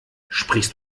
sprichst